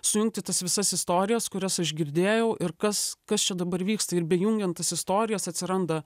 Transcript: sujungti tas visas istorijas kurias aš girdėjau ir kas kas čia dabar vyksta ir bejungiant tas istorijas atsiranda